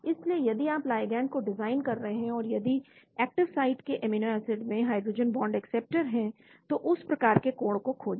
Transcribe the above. इसलिए यदि आप लिगैंड को डिजाइन कर रहे हैं और यदि एक्टिव साइट के एमिनो एसिड में हाइड्रोजन बांड एक्सेप्टर हैं तो उस प्रकार के कोण को खोजें